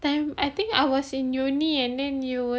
that time I think I was in uni and then you were